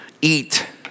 eat